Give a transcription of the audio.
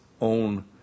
own